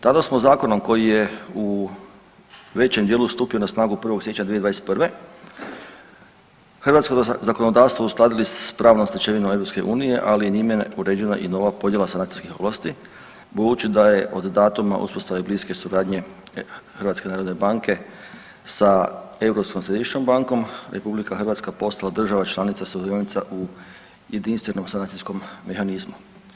Tada smo zakonom koji je u većem dijelu stupio na snagu 1. siječnja 2021. hrvatsko zakonodavstvo uskladili s pravnom stečevinom EU, ali i njime je uređena i nova podjela sanacijskih ovlasti budući da je od datuma uspostave bliske suradnje HNB-a sa Europskom središnjom bankom, RH postala država članica sudionica u Jedinstvenom sanacijskom mehanizmu.